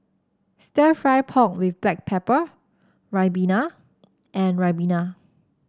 stir fry pork with Black Pepper Ribena and Ribena